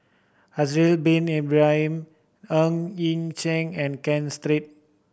Haslir Bin Ibrahim Ng Yi Sheng and Ken Three